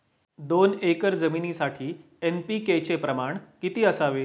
दोन एकर जमीनीसाठी एन.पी.के चे प्रमाण किती असावे?